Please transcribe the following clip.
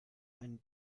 ein